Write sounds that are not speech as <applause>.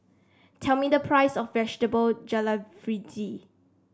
tell me the price of Vegetable <unintelligible>